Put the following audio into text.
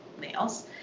nails